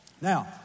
Now